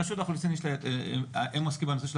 רשות האוכלוסין הם עוסקים בנושא של